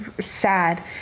sad